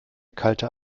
kalte